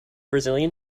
brazilian